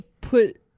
Put